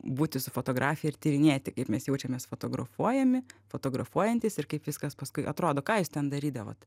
būti su fotografija ir tyrinėti kaip mes jaučiamės fotografuojami fotografuojantys ir kaip viskas paskui atrodo ką jūs ten darydavot